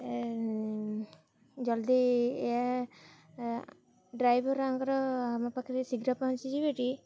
ଜଲ୍ଦି ଏ ଡ୍ରାଇଭର ଆଙ୍କର ଆମ ପାଖରେ ଶୀଘ୍ର ପହଞ୍ଚିଯିବେ ଟି